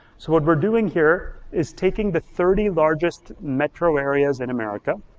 so what we're doing here is taking the thirty largest metro areas in america